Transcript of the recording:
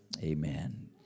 amen